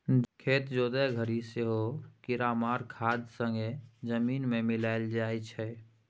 खेत जोतय घरी सेहो कीरामार खाद संगे जमीन मे मिलाएल जाइ छै